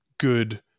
Good